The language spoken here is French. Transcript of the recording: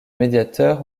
médiateur